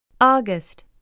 August